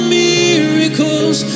miracles